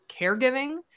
caregiving